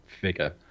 figure